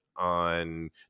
On